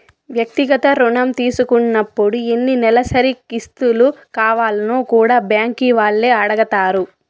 వ్యక్తిగత రుణం తీసుకున్నపుడు ఎన్ని నెలసరి కిస్తులు కావాల్నో కూడా బ్యాంకీ వాల్లే అడగతారు